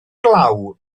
glaw